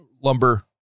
lumber